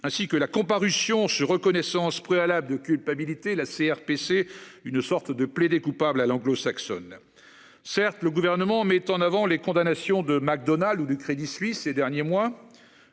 ainsi que la comparution sur reconnaissance préalable de culpabilité, la CRPC, une sorte de plaider coupable à l'anglo-saxonne. Certes, le gouvernement met en avant les condamnations de Mac Donald ou du Crédit Suisse ces derniers mois